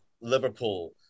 Liverpool